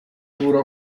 půl